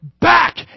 back